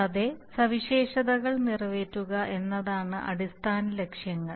കൂടാതെ സവിശേഷതകൾ നിറവേറ്റുക എന്നതാണ് അടിസ്ഥാന ലക്ഷ്യങ്ങൾ